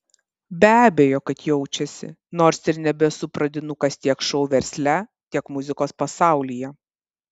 be abejo kad jaučiasi nors ir nebesu pradinukas tiek šou versle tiek muzikos pasaulyje